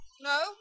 No